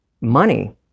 money